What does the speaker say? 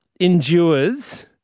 endures